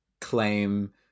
claim